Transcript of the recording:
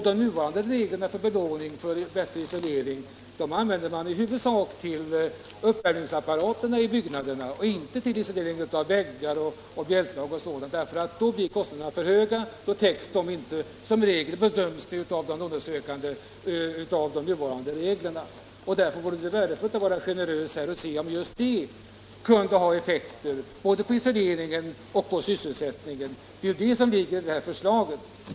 De nu varande reglerna för belåning när det gäller arbeten med bättre isolering tillämpas i huvudsak då det är fråga om uppvärmningsapparaterna i byggnaderna och inte vid isolering av väggar, bjälklag o. d., för då blir kostnaderna för höga — de lånesökande gör bedömningen att de nuvarande reglerna inte täcker detta. Mot denna bakgrund vore det värdefullt att vara generös här och se om det förfarande vi föreslagit kunde ha effekt både på isoleringen och på sysselsättningen. Det är det som ligger i förslaget.